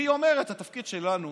והיא אומרת: התפקיד שלנו